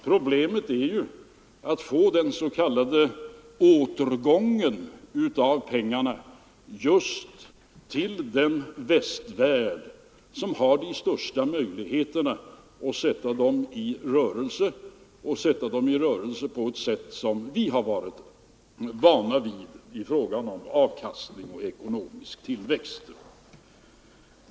Problemet är ju att få den s.k. återgången av pengarna just till den västvärld som har de största möjligheterna att sätta dem i rörelse och sätta dem i rörelse på ett sätt som vi har varit vana vid i fråga om avkastning och ekonomisk tillväxt.